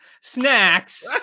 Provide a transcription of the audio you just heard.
snacks